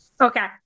Okay